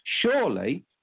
Surely